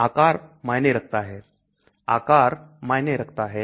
माप मायने रखता है आकार मायने रखता है